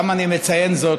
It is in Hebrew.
למה אני מציין זאת?